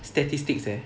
statistics eh